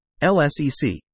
LSEC